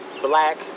Black